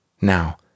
Now